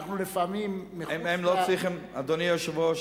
אדוני היושב-ראש,